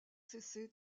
cessé